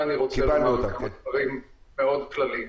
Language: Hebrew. אני רוצה לומר כאן כמה דברים מאוד כלליים.